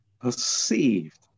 perceived